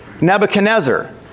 Nebuchadnezzar